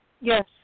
Yes